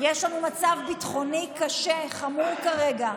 יש לנו מצב ביטחוני קשה, חמור, כרגע.